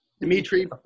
Dimitri